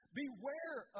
beware